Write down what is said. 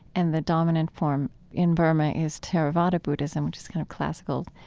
and the dominant form in burma is theravada buddhism, which is kind of classical,